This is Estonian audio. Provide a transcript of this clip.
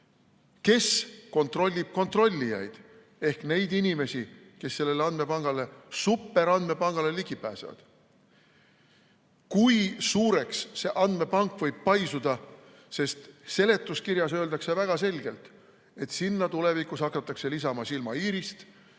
Kes kontrollib kontrollijaid ehk neid inimesi, kes sellele superandmepangale ligi pääsevad? Kui suureks see andmepank võib paisuda? Seletuskirjas öeldakse väga selgelt, et sinna tulevikus hakatakse lisama silmaiirist,